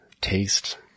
taste